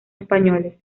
españoles